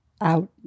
out